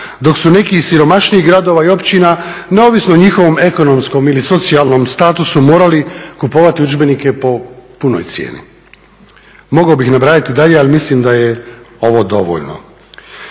dok su neki iz siromašnijih gradova i općina neovisno o njihovom ekonomskom ili socijalnom statusu morali kupovati udžbenike po punoj cijeni. Mogao bih nabrajati dalje, ali mislim da je ovo dovoljno.